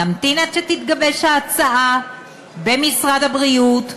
נמתין עד שתתגבש ההצעה במשרד הבריאות,